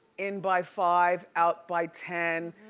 in by five, out by ten.